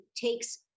takes